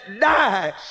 die